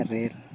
rail